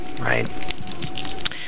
right